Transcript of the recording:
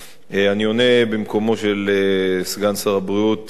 אני עונה במקומו של סגן שר הבריאות ליצמן,